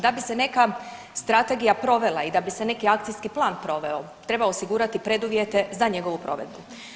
Da bi se neka Strategija provela i da bi se neki Akcijski plan proveo treba osigurati preduvjete za njegovu provedbu.